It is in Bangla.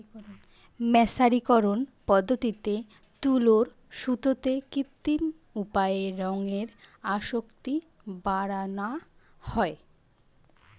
মের্সারিকরন পদ্ধতিতে তুলোর সুতোতে কৃত্রিম উপায়ে রঙের আসক্তি বাড়ানা হয়